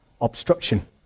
obstruction